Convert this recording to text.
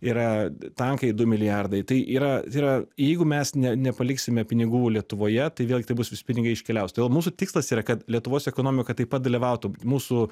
yra tankai du milijardai tai yra tai yra jeigu mes ne nepaliksime pinigų lietuvoje tai vėlgi tai bus visi pinigai iškeliaus todėl mūsų tikslas yra kad lietuvos ekonomika taip pat dalyvautų mūsų